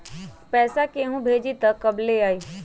पैसा केहु भेजी त कब ले आई?